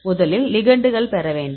முதலில் லிகெண்டுகள் பெற வேண்டும்